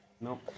no